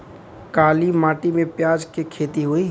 काली माटी में प्याज के खेती होई?